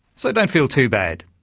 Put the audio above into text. so don't feel too bad.